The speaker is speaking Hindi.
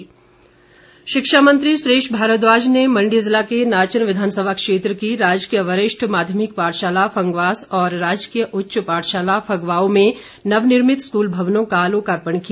सुरेश भारद्वाज शिक्षामंत्री सुरेश भारद्वाज ने मंडी जिला के नाचन विधानसभा क्षेत्र की राजकीय वरिष्ठ माध्यमिक पाठशाला फंगवास और राजकीय उच्च पाठशाला फगवाओ में नवनिर्मित स्कूल भवनों का लोकार्पण किया